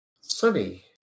Sunny